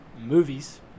movies